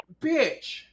Bitch